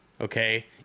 Okay